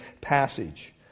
passage